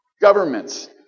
governments